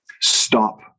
stop